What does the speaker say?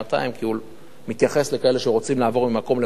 כי הוא מתייחס לכאלה שרוצים לעבור ממקום למקום,